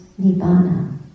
Nibbana